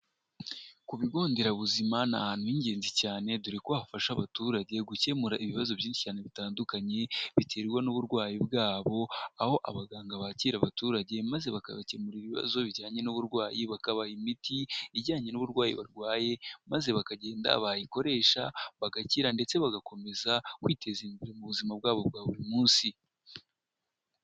Ku bigo nderabuzima ni ahantu h'ingenzi cyane dore ko hafasha abaturage gukemura ibibazo byinshi cyane bitandukanye biterwa n'uburwayi bwabo aho abaganga bakira abaturage maze bakabakemura ibibazo bijyanye n'uburwayi bakabaha imiti ijyanye n'uburwayi barwaye maze bakagenda bayikoresha bagakira ndetse bagakomeza kwiteza imbere mu buzima bwabo bwa buri munsi.